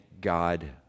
God